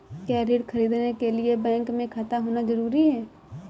क्या ऋण ख़रीदने के लिए बैंक में खाता होना जरूरी है?